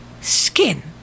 skin